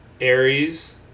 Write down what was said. Aries